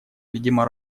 видимо